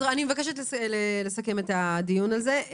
אני מבקשת לסכם את הדיון הזה.